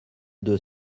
deux